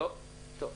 טוב.